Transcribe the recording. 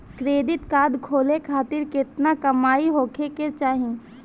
Credit card खोले खातिर केतना कमाई होखे के चाही?